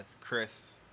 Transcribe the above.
Chris